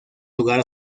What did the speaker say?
lugar